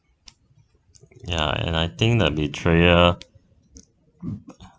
ya and I think the betrayal